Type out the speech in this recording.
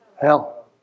hell